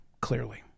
clearly